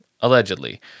allegedly